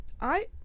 I-